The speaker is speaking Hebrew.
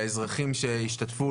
לאזרחים שהשתתפו,